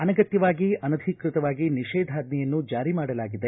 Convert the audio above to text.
ಅನಗತ್ತವಾಗಿ ಅನಧಿಕೃತವಾಗಿ ನಿಷೇಧಾಜ್ವೆಯನ್ನು ಜಾರಿ ಮಾಡಲಾಗಿದೆ